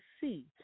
see